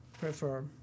prefer